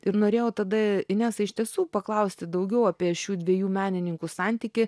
ir norėjau tada inesa iš tiesų paklausti daugiau apie šių dviejų menininkų santykį